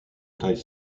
taille